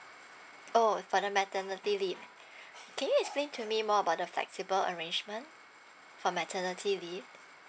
orh for the maternity leave can you explain to me more about the flexible arrangement for maternity leave